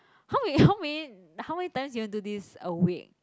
how wait how many how many times you want do this a week